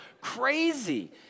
crazy